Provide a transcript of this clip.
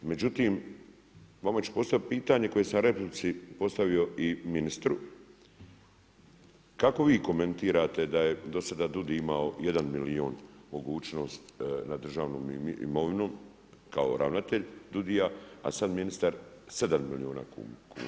Međutim, vama ću postaviti pitanje koje sam u replici postavio i ministru, kako vi komentirate da je do sada DUUDI imao 1 milijun mogućnost nad državnom imovinom kao ravnatelj DUUDI-a a sada ministar 7 milijuna kuna?